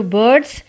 birds